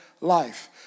life